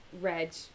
red